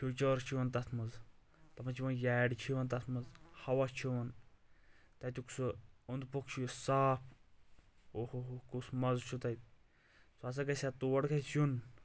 features چھِ یِوان تتھ منٛز تتھ منٛز چھِ یِوان یارِ چھِ یِوان تتھ منٛز ہوا چھُ یِوان تتیُک سُہ اوٚنٛد پوٚک چھُ یُس صاف او ہو ہو کُس مزٕ چھُ تتہِ سُہ ہسا گژھِ ہا تور گژھِ یُن